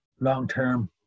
long-term